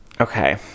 okay